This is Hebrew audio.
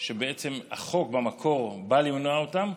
שהחוק במקור בא למנוע אותן,